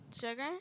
Sugar